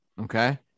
Okay